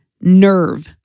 nerve